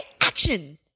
Action